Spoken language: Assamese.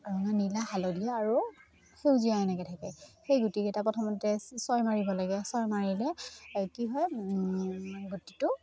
ৰঙা নীলা হালধীয়া আৰু সেউজীয়া এনেকৈ থাকে সেই গুটিকেইটা প্ৰথমতে ছয় মাৰিব লাগে ছয় মাৰিলে কি হয় গুটিটো